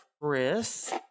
Chris